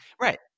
Right